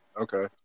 okay